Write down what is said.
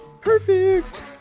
Perfect